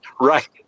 right